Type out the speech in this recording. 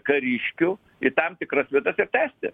kariškių į tam tikras vietas ir tęsti